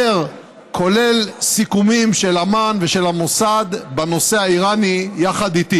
קלסר כולל סיכומים של אמ"ן ושל המוסד בנושא האיראני יחד איתי.